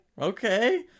okay